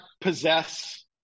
possess